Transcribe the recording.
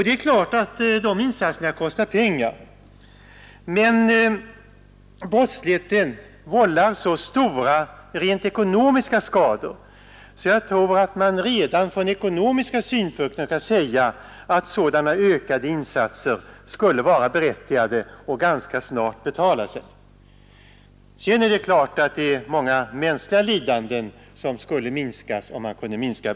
Det är klart att dessa insatser kostar pengar, men brottsligheten vållar så stora rent ekonomiska skador att jag tror att man redan från ekonomiska synpunkter kan säga att sådana ökade insatser skulle vara berättigade och ganska snart betala sig. Vidare skulle självfallet många mänskliga lidanden minska, om brottsligheten kunde bringas ned.